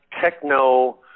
techno